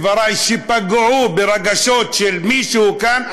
דברי פגעו ברגשות של מישהו כאן,